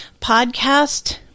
podcast